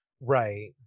Right